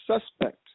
suspect